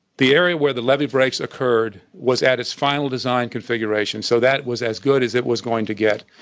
the area where the levee breaks occurred was at its final design configuration, so that was as good as it was going to get.